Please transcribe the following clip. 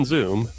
Zoom